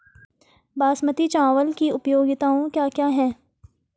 बासमती चावल की उपयोगिताओं क्या क्या हैं?